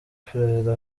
perezida